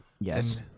Yes